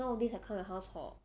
nowadays I come your house hor